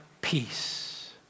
peace